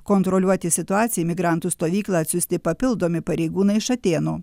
kontroliuoti situacijai į migrantų stovyklą atsiųsti papildomi pareigūnai iš atėnų